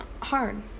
hard